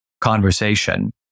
conversation